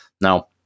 Now